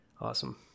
Awesome